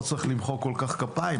לא צריך למחוא כל כך כפיים,